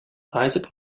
isaac